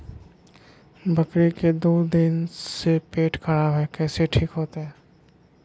बकरी के दू दिन से पेट खराब है, कैसे ठीक होतैय?